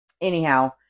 anyhow